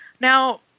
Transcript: Now